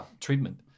treatment